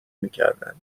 میکردن